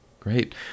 Great